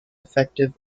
effective